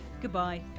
goodbye